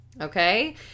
Okay